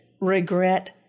regret